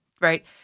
right